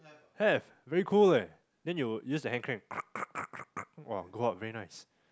have very cool leh then you use the hand crank !wah! go up very nice